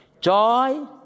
joy